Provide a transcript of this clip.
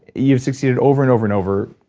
you've succeeded over and over and over.